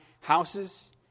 houses